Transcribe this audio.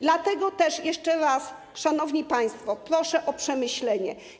Dlatego też jeszcze raz, szanowni państwo, proszę o przemyślenie.